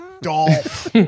Dolph